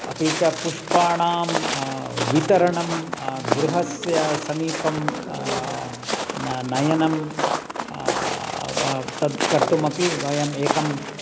अपि च पुष्पाणां वितरणं गृहस्य समीपं न नयनं वा तत् कर्तुमपि वयम् एकं